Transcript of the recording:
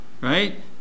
Right